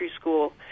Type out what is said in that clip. school